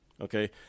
Okay